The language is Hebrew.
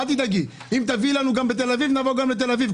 אם תביאי לנו גם בתל אביב נבוא גם לתל אביב.